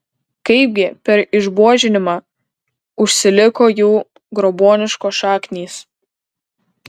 kaipgi per išbuožinimą užsiliko jų grobuoniškos šaknys